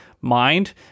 mind